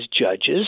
judges